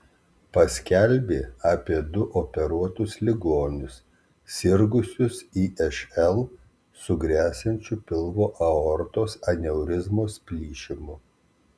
paskelbė apie du operuotus ligonius sirgusius išl su gresiančiu pilvo aortos aneurizmos plyšimu